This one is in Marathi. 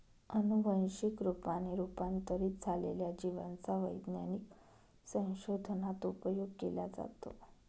अनुवंशिक रूपाने रूपांतरित झालेल्या जिवांचा वैज्ञानिक संशोधनात उपयोग केला जातो